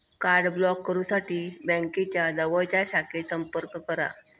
card block करुसाठी बँकेच्या जवळच्या शाखेत संपर्क करा